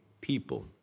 people